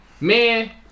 Man